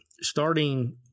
starting